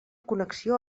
connexió